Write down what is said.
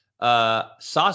Sauce